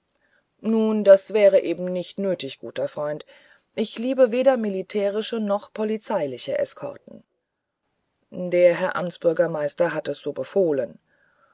nun das wäre eben nicht nötig guter freund ich liebe weder militärische noch polizeiliche eskorten der herr amtsbürgermeister hat es so befohlen